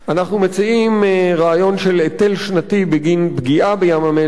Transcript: אנחנו מציעים רעיון של היטל שנתי בגין פגיעה בים-המלח,